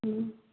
ହୁଁ